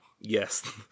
Yes